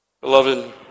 Beloved